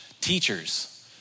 teachers